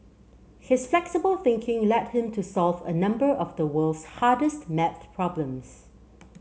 his flexible thinking led him to solve a number of the world's hardest maths problems